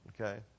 Okay